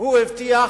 הוא הבטיח